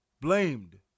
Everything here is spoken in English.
blamed